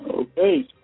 Okay